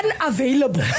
unavailable